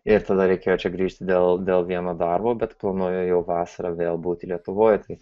ir tada reikėjo čia grįžti dėl dėl vieno darbo bet planuoju jau vasarą vėl būti lietuvoj tai